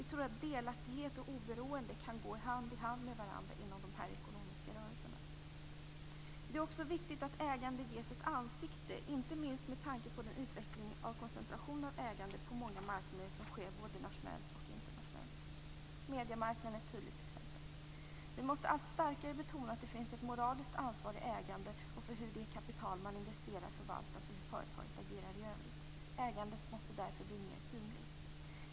Vi tror att delaktighet och oberoende kan gå hand i hand med varandra inom de ekonomiska rörelserna. Det är också viktigt att ägande ges ett ansikte, inte minst med tanke på den utveckling av koncentration av ägande på många marknader som sker både nationellt och internationellt. Mediemarknaden är ett tydligt exempel. Vi måste allt starkare betona att det finns ett moraliskt ansvar i ägande och för hur det kapital man investerar förvaltas och hur företaget agerar i övrigt. Ägandet måste därför bli mer synligt.